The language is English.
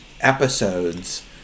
episodes